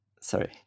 sorry